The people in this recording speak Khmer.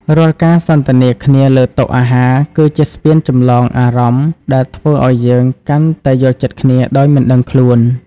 រាល់ការសន្ទនាគ្នាលើតុអាហារ គឺជាស្ពានចម្លងអារម្មណ៍ដែលធ្វើឱ្យយើងកាន់តែយល់ចិត្តគ្នាដោយមិនដឹងខ្លួន។